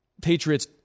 Patriots